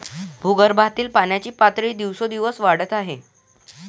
भूगर्भातील पाण्याची पातळी दिवसेंदिवस वाढत आहे